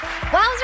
Wowzers